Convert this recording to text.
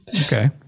Okay